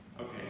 Okay